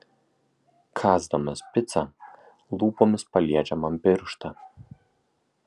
kąsdamas picą lūpomis paliečia man pirštą